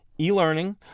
e-learning